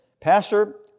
Pastor